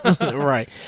right